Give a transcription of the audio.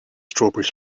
strawberry